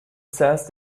says